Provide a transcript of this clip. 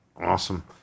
Awesome